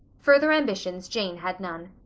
further ambitions jane had none.